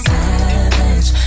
Savage